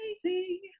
crazy